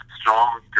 strong